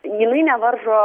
jinai nevaržo